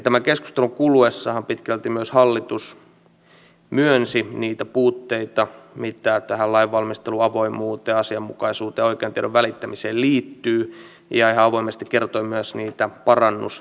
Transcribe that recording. tämän keskustelun kuluessahan pitkälti myös hallitus myönsi niitä puutteita mitä tähän lainvalmistelun avoimuuteen asianmukaisuuteen ja oikean tiedon välittämiseen liittyy ja ihan avoimesti kertoi myös niitä parannustarpeita